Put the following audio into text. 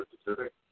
specific